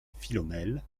philomèle